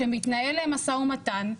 כשמתנהל משא ומתן,